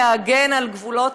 להגן על גבולות